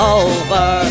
over